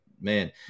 man